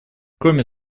кроме